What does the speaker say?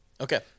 Okay